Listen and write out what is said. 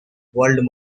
world